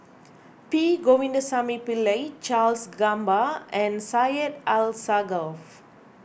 P Govindasamy Pillai Charles Gamba and Syed Alsagoff